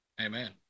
Amen